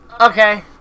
okay